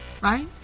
Right